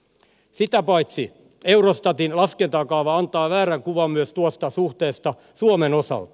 sitä paitsi eurostatin laskentakaava antaa väärän kuvan myös tuosta suhteesta suomen osalta